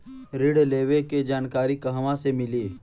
ऋण लेवे के जानकारी कहवा से मिली?